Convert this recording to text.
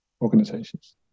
organizations